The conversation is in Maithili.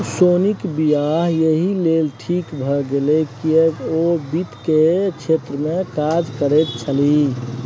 सोनीक वियाह एहि लेल ठीक भए गेल किएक ओ वित्त केर क्षेत्रमे काज करैत छलीह